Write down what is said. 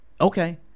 okay